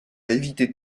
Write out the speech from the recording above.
éviter